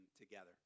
together